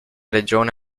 regione